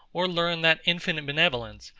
or learn that infinite benevolence,